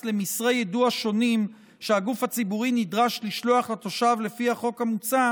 למסרי יידוע שונים שהגוף הציבורי נדרש לשלוח לתושב לפי החוק המוצע